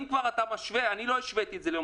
אם כבר אתה משווה אני לא השוויתי את זה ליום